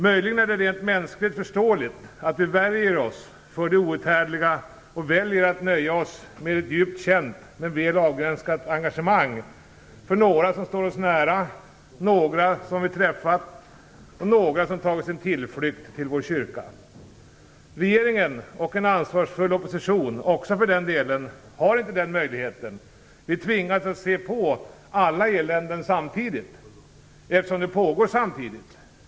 Möjligen är det rent mänskligt förståeligt att vi värjer oss för det outhärdliga och väljer att nöja oss med ett djupt känt men väl avgränsat engagemang för några som står oss nära, några som vi har träffat och några som har tagit sin tillflykt till vår kyrka. Regeringen, och för den delen också en ansvarsfull opposition, har inte den möjligheten. Vi tvingas att se på alla eländen samtidigt, eftersom de pågår samtidigt.